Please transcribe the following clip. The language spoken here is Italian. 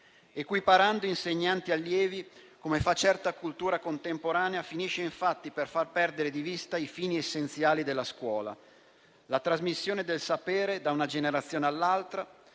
Equiparare insegnanti e allievi, come fa certa cultura contemporanea, finisce infatti per far perdere di vista i fini essenziali della scuola, la trasmissione del sapere da una generazione all'altra,